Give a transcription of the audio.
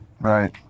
Right